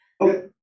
okay